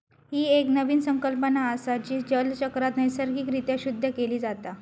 ही एक नवीन संकल्पना असा, जी जलचक्रात नैसर्गिक रित्या शुद्ध केली जाता